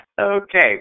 Okay